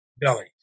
belly